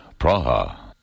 Praha